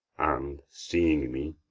and, seeing me,